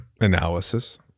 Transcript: analysis